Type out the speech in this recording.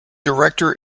director